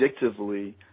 addictively –